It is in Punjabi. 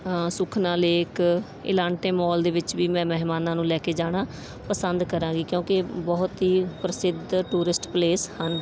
ਸੁੱਖਨਾ ਲੇਕ 'ਤੇ ਇਲਾਂਟੇ ਮੋਲ ਦੇ ਵਿੱਚ ਵੀ ਮੈਂ ਮਹਿਮਾਨਾਂ ਨੂੰ ਲੈ ਕੇ ਜਾਣਾ ਪਸੰਦ ਕਰਾਂਗੀ ਕਿਉਂਕਿ ਬਹੁਤ ਹੀ ਪ੍ਰਸਿੱਧ ਟੂਰਿਸਟ ਪਲੇਸ ਹਨ